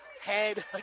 head